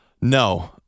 no